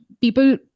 people